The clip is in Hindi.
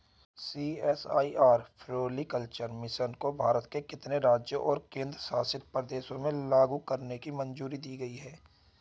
सी.एस.आई.आर फ्लोरीकल्चर मिशन को भारत के कितने राज्यों और केंद्र शासित प्रदेशों में लागू करने की मंजूरी दी गई थी?